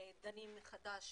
דנים מחדש